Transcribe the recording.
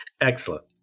excellent